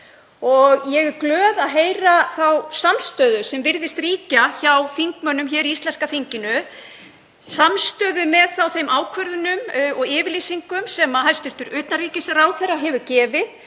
dag. Ég er glöð að heyra þá samstöðu sem virðist ríkja hjá þingmönnum hér í íslenska þinginu, samstöðu með þeim ákvörðunum og yfirlýsingum sem hæstv. utanríkisráðherra hefur gefið,